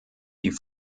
die